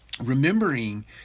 Remembering